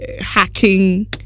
Hacking